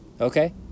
Okay